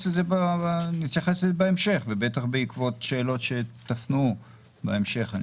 לזה בהמשך ובטח בעקבות שאלות שתפנו בהמשך.